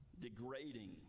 degrading